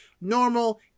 normal